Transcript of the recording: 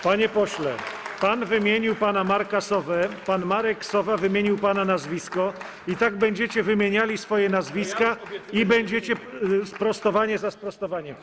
Panie pośle, pan wymienił pana Marka Sowę, pan Marek Sowa wymienił pana nazwisko, i tak będziecie wymieniali swoje nazwiska, i będzie sprostowanie za sprostowaniem.